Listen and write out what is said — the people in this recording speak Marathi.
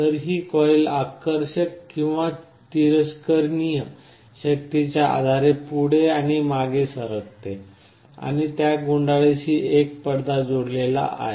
तर ही कॉइल आकर्षक किंवा तिरस्करणीय शक्तीच्या आधारे पुढे आणि मागे सरकते आणि त्या गुंडाळीशी एक पडदा जोडलेला आहे